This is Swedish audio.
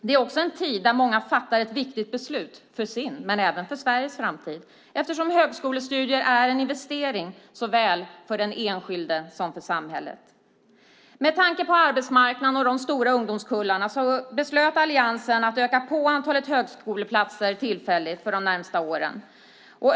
Det är också en tid när många fattar ett viktigt beslut för sin men även för Sveriges framtid, eftersom högskolestudier är en investering såväl för den enskilde som för samhället. Med tanke på arbetsmarknaden och de stora ungdomskullarna beslöt Alliansen att öka på antalet högskoleplatser tillfälligt för de närmaste åren.